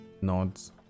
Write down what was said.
nods